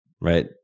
Right